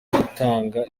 gutanga